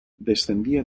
descendía